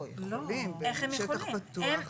לא, הם יכולים, בשטח פתוח,